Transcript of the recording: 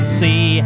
see